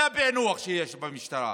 זה הפיענוח שיש במשטרה.